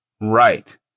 right